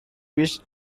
which